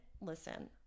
Listen